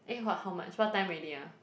eh what how much what time already ah